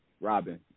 Robin